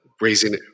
Raising